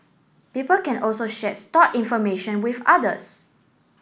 people can also share stored information with others